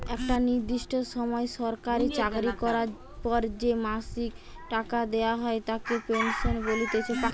একটা নির্দিষ্ট সময় সরকারি চাকরি করার পর যে মাসিক টাকা দেওয়া হয় তাকে পেনশন বলতিছে